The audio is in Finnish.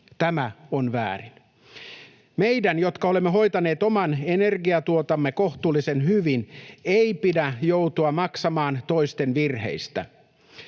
Tämä on väärin. Meidän, jotka olemme hoitaneet oman energiantuotantomme kohtuullisen hyvin, ei pidä joutua maksamaan toisten virheistä.